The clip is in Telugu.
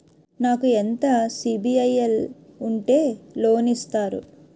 నాకు ఎంత సిబిఐఎల్ ఉంటే లోన్ ఇస్తారు?